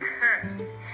curse